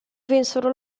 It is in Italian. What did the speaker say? vinsero